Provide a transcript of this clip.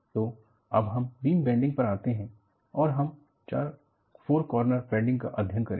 तो अब हम बीम बैंडिंग पर आते हैं और हम 4 कॉर्नर बैंडिंग का अध्ययन करेंगे